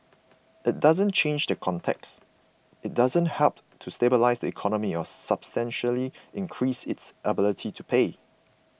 it doesn't change the context it doesn't help to stabilise the economy or substantially increase its ability to pay